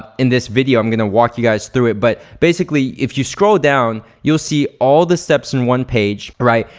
in this video i'm gonna walk you guys through it, but basically if you scroll down, you'll see all the steps in one page, right?